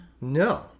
No